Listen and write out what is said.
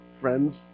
Friends